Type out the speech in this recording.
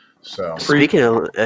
Speaking